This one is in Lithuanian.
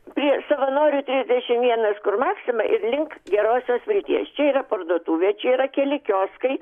prie savanorių trisdešim vienas kur maksima ir link gerosios vilties čia yra parduotuvė čia yra keli kioskai